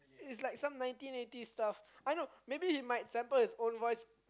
is like some nineteen eighty stuff I know maybe he might sample his own voice